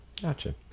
Gotcha